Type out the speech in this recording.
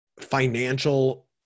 financial